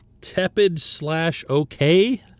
tepid-slash-okay